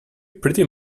pretty